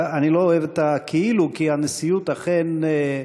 אני לא אוהב את ה"כאילו", כי הנשיאות, אכן,